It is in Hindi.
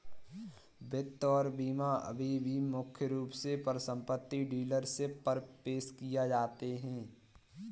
वित्त और बीमा अभी भी मुख्य रूप से परिसंपत्ति डीलरशिप पर पेश किए जाते हैं